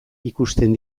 ikusten